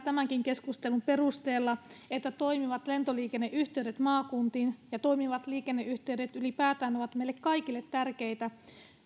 tämänkin keskustelun perusteella selvää että toimivat lentoliikenneyhteydet maakuntiin ja toimivat liikenneyhteydet ylipäätään ovat meille kaikille tärkeitä